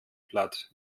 platt